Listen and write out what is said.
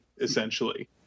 essentially